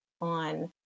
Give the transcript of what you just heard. on